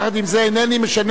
יחד עם זה אינני משנה,